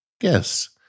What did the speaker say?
yes